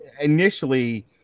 Initially